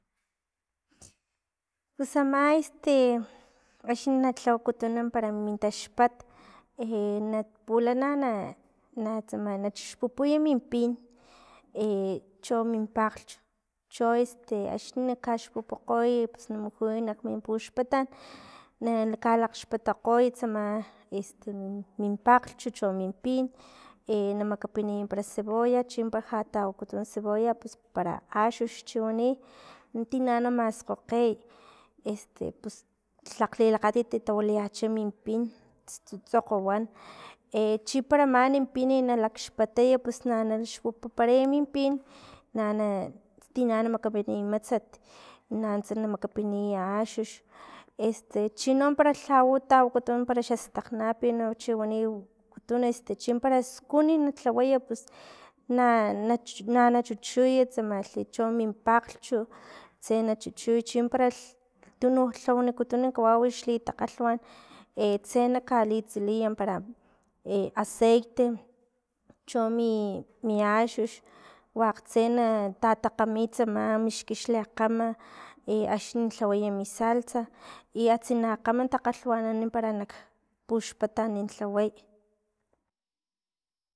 Pus ama este akni na lhawakutun para min taxpat na pulana na- na tsama na xpupuj min pin cho min paklhch cho este axni kaxpupukgoy na mujuy kmin puxpatan, na kalaxpatakgoy tsama este min pakglhch cho- cho min pin, y na makapiniy para cebolla chimpara ja tawakutun cebolla pus para axux chiwani, tina na maskgokgey este pus tlak lilakgatit tawilayacha min pin stsutsokg wan chipara mani pin na laxpataya pus na xpupuparaya min pin, nana stina na makapiniy matsat, nanutsa na makapiniy axux este chino para lhau tawakutun wi xa tsakgnapin chiwani wakutun este chimparaeste skunni na lhaway pus na- na- na- nachuchuy tsamalhi chono min pakglhch chu tse na chuchuy chimpara tununk lhawanikuyun kawau xli takgalhwanan, tse na kali tsiliya para e aceite chomi axux wakgtse tatakgami tsama mixki xlekgam y axni lhawaymi salsa i ansta na kgam takgalwanan para nak puxpatun ntlaway.